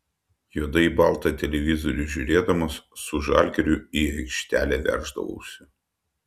juodai baltą televizorių žiūrėdamas su žalgiriu į aikštelę verždavausi